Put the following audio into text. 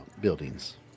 buildings